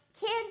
kids